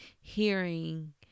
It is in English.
hearing